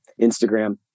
Instagram